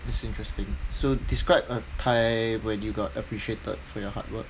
that's interesting so describe a time where you got appreciated for your hard work